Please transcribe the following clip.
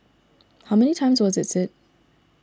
how many times was it said